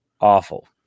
Awful